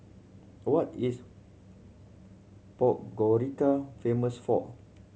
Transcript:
what is Podgorica famous for